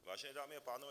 Vážené dámy a pánové.